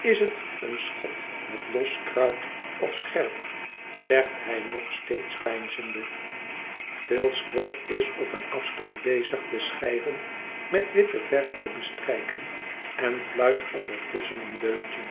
is het een schot met los kruit of scherp zegt hij nog steeds peinzende phil squod is op een afstand bezig de schijven met witte verf te bestrijken en fluit ondertusschen een deuntje